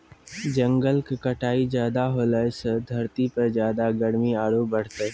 जंगल के कटाई ज्यादा होलॅ सॅ धरती पर ज्यादा गर्मी आरो बढ़तै